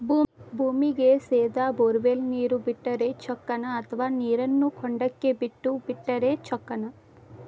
ಭೂಮಿಗೆ ಸೇದಾ ಬೊರ್ವೆಲ್ ನೇರು ಬಿಟ್ಟರೆ ಚೊಕ್ಕನ ಅಥವಾ ನೇರನ್ನು ಹೊಂಡಕ್ಕೆ ಬಿಟ್ಟು ಬಿಟ್ಟರೆ ಚೊಕ್ಕನ?